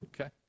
Okay